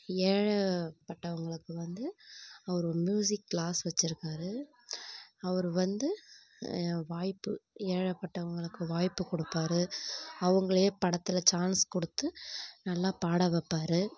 ஏழைப்பட்டவங்களுக்கு வந்து அவர் ஒரு மியூசிக் க்ளாஸ் வச்சுருக்காரு அவர் வந்து வாய்ப்பு ஏழைப்பட்டவங்களுக்கு வாய்ப்பு கொடுப்பாரு அவங்களையே படத்தில் ச்சான்ஸ் கொடுத்து நல்லா பாட வைப்பாரு